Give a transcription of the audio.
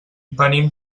venim